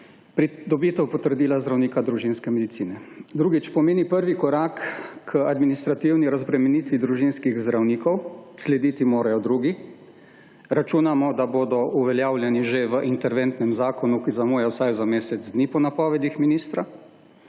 pridobitev potrdila zdravnika družinskem medicine. Drugič, pomeni prvi korak k administrativni razbremenitvi družinskih zdravnikov. Slediti morajo drugi. Računamo, da bodo uveljavljeni že interventnem zakonu, ki zamuja vsaj za mesec dni, po napovedih ministra.